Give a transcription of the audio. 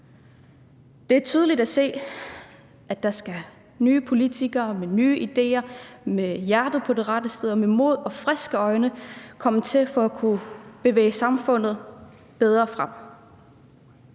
Det er tydeligt at se, at der skal nye politikere til med nye idéer, med hjertet på det rette sted og med mod til at se på samfundet med friske øjne for at kunne bevæge samfundet i en